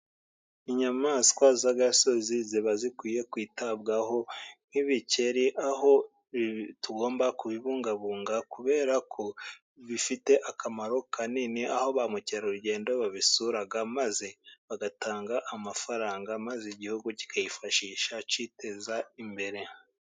Inyamaswa z'agasozi ziba zikwiye kwitabwaho， nk'ibikeri aho tugomba kubibungabunga， kubera ko bifite akamaro kanini， aho ba mukerarugendo babisura， maze bagatanga amafaranga， maze igihugu kikayifashisha kiteza imbere.